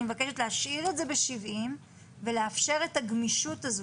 אני מבקשת להשאיר את זה ב-70 ולאפשר את הגמישות הזו